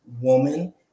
woman